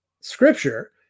scripture